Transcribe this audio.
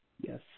Yes